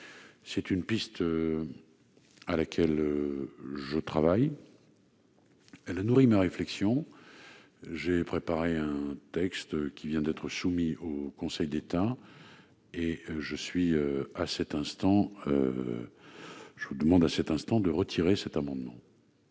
C'est une piste sur laquelle je travaille et qui a nourri ma réflexion. J'ai préparé un texte qui vient d'être soumis au Conseil d'État. Pour l'instant, je vous demande donc de retirer cet amendement,